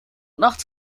nachts